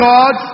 God